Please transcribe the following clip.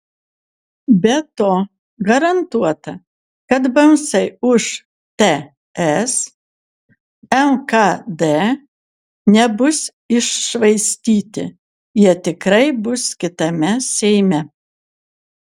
be to garantuota kad balsai už ts lkd nebus iššvaistyti jie tikrai bus kitame seime